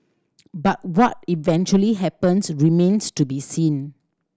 but what eventually happens remains to be seen